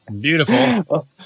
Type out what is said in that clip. beautiful